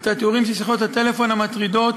את התיאורים של שיחות הטלפון המטרידות